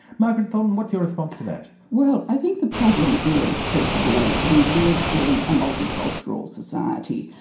margaret thornton, what's your response to that? well i think the problem is, first of all, we live in a multicultural society,